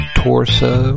torso